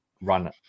run